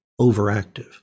overactive